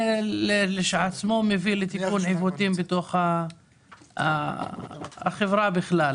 זה לכשעצמו מביא לתיקון עיוותים בתוך החברה בכלל,